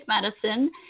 medicine